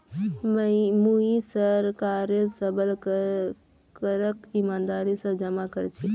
मुई सरकारेर सबल करक ईमानदारी स जमा कर छी